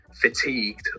fatigued